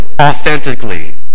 authentically